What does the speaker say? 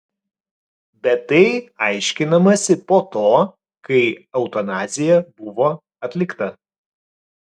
bet tai aiškinamasi po to kai eutanazija buvo atlikta